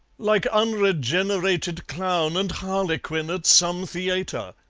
like unregenerated clown and harlequin at some the-ayter.